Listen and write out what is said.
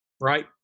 right